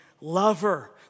lover